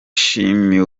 cyane